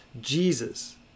Jesus